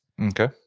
Okay